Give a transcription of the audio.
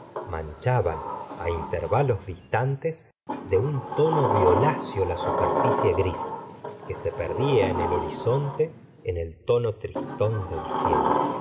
manchaban á intervalos distantes de un tono violáceo la superficie gris que se perdía en el horizonte en el tono tristón del cielo